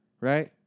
right